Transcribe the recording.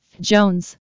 Jones